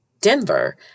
Denver